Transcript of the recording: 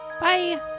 bye